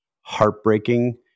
heartbreaking